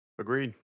Agreed